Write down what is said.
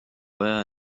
aja